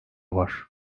var